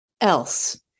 else